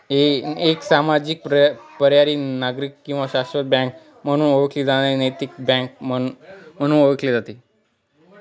एक सामाजिक पर्यायी नागरिक किंवा शाश्वत बँक म्हणून ओळखली जाणारी नैतिक बँक म्हणून ओळखले जाते